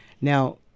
Now